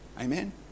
Amen